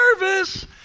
nervous